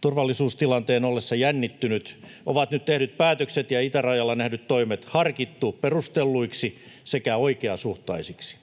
turvallisuustilanteen ollessa jännittynyt, ovat nyt tehdyt päätökset ja itärajalla nähdyt toimet harkittu perustelluiksi sekä oikeasuhtaisiksi.